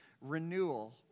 renewal